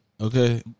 Okay